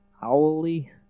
Howley